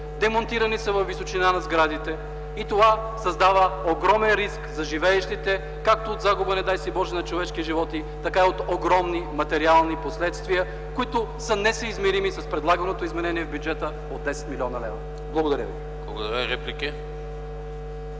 демонтирани са и във височина на сградите. Това създава огромен риск за живеещите както загуба, не дай си Боже, на човешки животи, така и от огромни материални последствия, които са несъизмерими с предлаганото изменение в бюджета от 10 млн. лв. Благодаря ви. ПРЕДСЕДАТЕЛ